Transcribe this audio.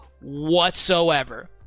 whatsoever